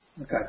Okay